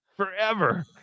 forever